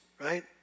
right